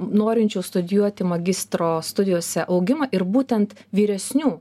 norinčių studijuoti magistro studijose augimą ir būtent vyresnių